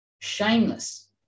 Shameless